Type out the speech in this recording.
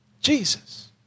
Jesus